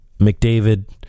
McDavid